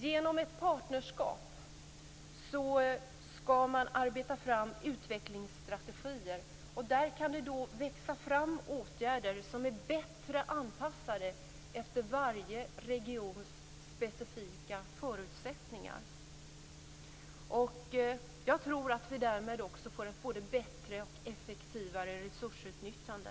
Genom ett partnerskap skall man arbeta fram utvecklingsstrategier. Där kan det växa fram åtgärder som är bättre anpassade efter varje regions specifika förutsättningar. Jag tror att vi därmed också får ett både bättre och effektivare resursutnyttjande.